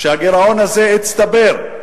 והגירעון הזה הצטבר.